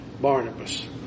Barnabas